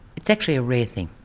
it's actually a rare thing.